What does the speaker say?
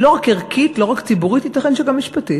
לא רק ערכית, לא רק ציבורית, ייתכן שגם משפטית.